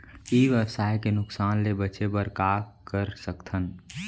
ई व्यवसाय के नुक़सान ले बचे बर का कर सकथन?